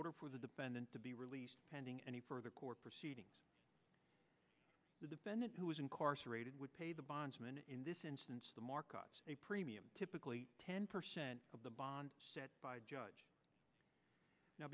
order for the defendant to be released pending any further court proceedings the defendant who is incarcerated would pay the bondsman in this instance the market's a premium typically ten percent of the bond set by a judge now